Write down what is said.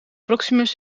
proximus